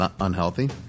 unhealthy